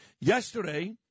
yesterday